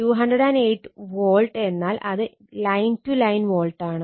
208 volt എന്നാൽ അത് line to line ആണ്